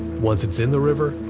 once it's in the river,